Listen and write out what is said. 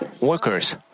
workers